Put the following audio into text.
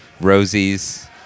Rosie's